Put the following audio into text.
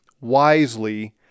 wisely